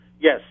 Yes